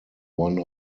one